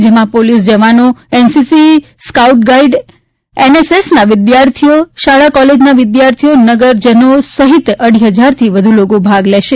જેમાં પોલીસ જવાનો NCC scout guide એનએસએસના વિદ્યાર્થીઓ શાળા કોલેજના વિદ્યાર્થીઓ નજરજનો સહિત અઢી ફજારથી વધુ લોકો ભાગ લેશે